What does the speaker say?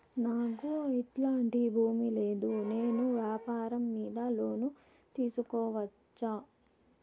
నాకు ఎట్లాంటి భూమి లేదు నేను వ్యాపారం మీద లోను తీసుకోవచ్చా?